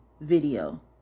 video